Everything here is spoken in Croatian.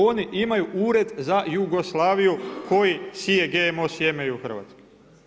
Oni imaju ured za Jugoslaviju, koji sije GMO sjeme i u Hrvatskoj.